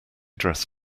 dress